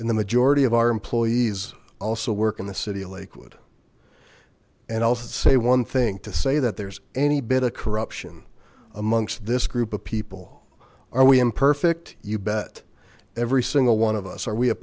and the majority of our employees also work in the city of lakewood and also say one thing to say that there's any bit of corruption amongst this group of people are we imperfect you bet every single one of us are we a